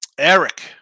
Eric